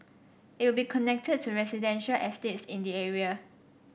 it will be connected to residential estates in the area